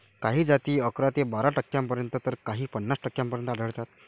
काही जाती अकरा ते बारा टक्क्यांपर्यंत तर काही पन्नास टक्क्यांपर्यंत आढळतात